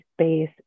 space